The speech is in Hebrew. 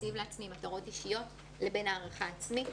להציב לעצמי מטרות אישיות לבין הערכה עצמית.